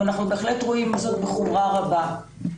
ואנחנו בהחלט רואים זאת בחומרה רבה.